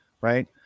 right